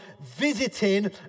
visiting